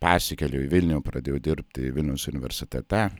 persikėliau į vilnių pradėjau dirbti vilniaus universitete